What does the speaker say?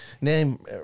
name